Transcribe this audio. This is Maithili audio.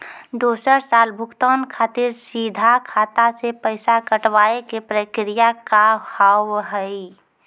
दोसर साल भुगतान खातिर सीधा खाता से पैसा कटवाए के प्रक्रिया का हाव हई?